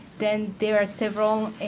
then there are several